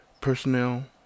Personnel